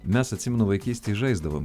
mes atsimenu vaikystėj žaisdavom